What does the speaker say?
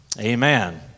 Amen